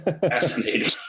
Fascinating